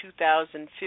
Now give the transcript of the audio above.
2015